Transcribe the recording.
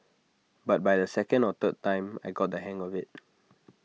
but by the second or third time I got the hang of IT